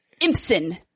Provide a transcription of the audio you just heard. Impson